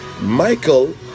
michael